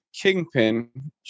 kingpin